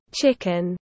chicken